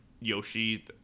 Yoshi